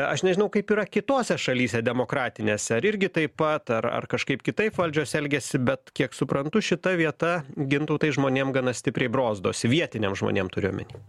aš nežinau kaip yra kitose šalyse demokratinėse ar irgi taip pat ar ar kažkaip kitaip valdžios elgiasi bet kiek suprantu šita vieta gintautai žmonėm gana stipriai brozdosi vietiniam žmonėm turiu omeny